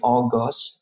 August